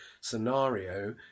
scenario